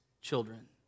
children